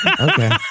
okay